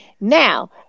Now